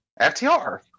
FTR